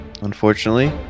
Unfortunately